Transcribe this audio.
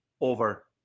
over